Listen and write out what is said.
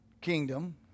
kingdom